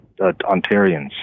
Ontarians